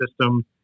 system